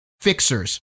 fixers